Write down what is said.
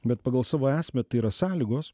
bet pagal savo esmę tai yra sąlygos